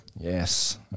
Yes